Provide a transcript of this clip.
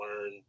learn